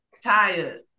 Tired